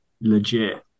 legit